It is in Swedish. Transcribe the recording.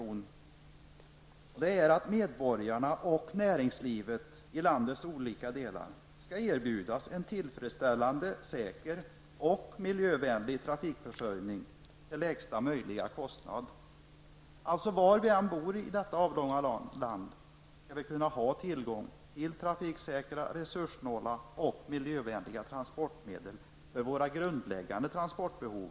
Det målet är att medborgarna och näringslivet i landets olika delar skall erbjudas en tillfredsställande, säker och miljövänlig trafikförsörjning till lägsta möjliga kostnad. Var vi än bor i detta avlånga land skall vi ha tillgång till trafiksäkra, resurssnåla och miljövänliga transportmedel för våra grundläggande transportbehov.